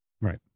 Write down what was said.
Right